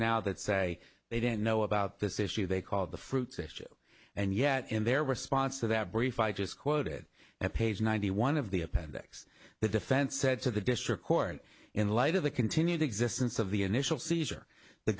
now that say they didn't know about this issue they called the fruits they ship and yet in their response to that brief i just quoted at page ninety one of the appendix the defense said to the district court in light of the continued existence of the initial seizure the